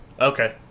Okay